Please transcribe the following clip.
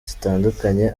zitandukanye